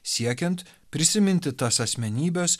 siekiant prisiminti tas asmenybes